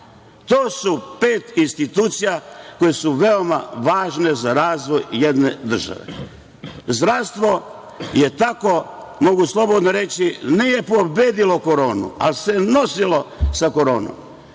To je pet institucija koje su veoma važne za razvoj jedne države. Zdravstvo je tako, mogu slobodno reći, ne pobedilo koronu, ali se nosilo sa koronom